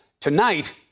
tonight